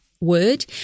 Word